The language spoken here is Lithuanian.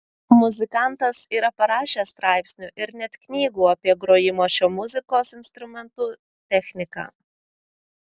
muzikantas yra parašęs straipsnių ir net knygų apie grojimo šiuo muzikos instrumentu techniką